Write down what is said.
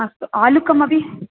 अस्तु आलुकमपि